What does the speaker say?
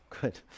Good